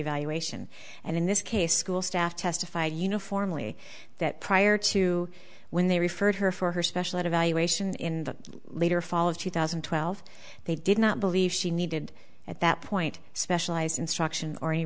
evaluation and in this case school staff testified uniformly that prior to when they referred her for her specialist evaluation in the later fall of two thousand and twelve they did not believe she needed at that point specialized instruction or